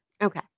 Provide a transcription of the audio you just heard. Okay